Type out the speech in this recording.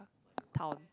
town